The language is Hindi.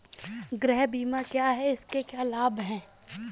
गृह बीमा क्या है इसके क्या लाभ हैं?